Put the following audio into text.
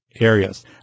areas